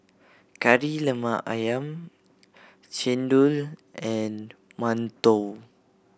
Kari Lemak Ayam chendol and mantou